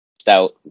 Stout